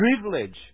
privilege